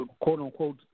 quote-unquote